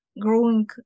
growing